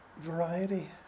variety